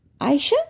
Aisha